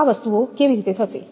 આ વસ્તુઓ કેવી રીતે થશે